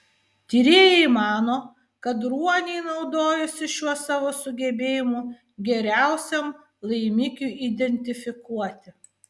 tyrėjai mano kad ruoniai naudojasi šiuo savo sugebėjimu geriausiam laimikiui identifikuoti